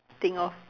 think of